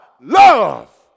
love